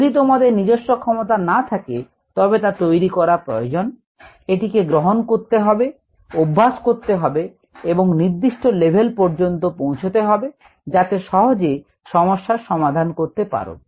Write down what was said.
যদি তোমাদের নিজস্ব ক্ষমতা না থাকে তবে তা তৈরি করা প্রয়োজন এটিকে গ্রহণ করতে হবে অভ্যাস করতে হবে এবং নির্দিষ্ট লেভেল পর্যন্ত পৌঁছতে হবে যাতে সহজে সমস্যার সমাধান করতে পারো